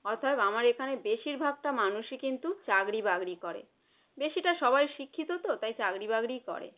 অতএব আমার এখানে বেশিরভাগটা মানুষই কিন্তু চাকরি বাগরি করে বেশিটা সবাই শিক্ষিত তো তাই চাকরি বাকরিই করে